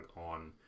on